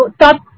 top